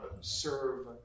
serve